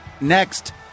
Next